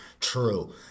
True